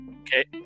Okay